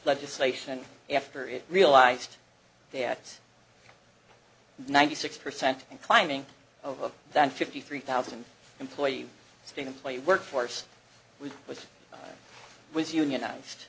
legislation after it realized there was ninety six percent and climbing of a than fifty three thousand employee state employee work force with which was unionized